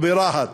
או ברהט,